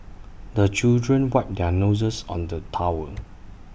the children wipe their noses on the towel